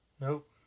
Nope